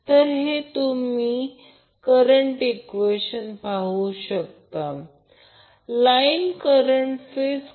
तर हे फक्त एका रिलेशनमुळे आपल्याला मिळेल बाकी ते 120° वेगळे आहे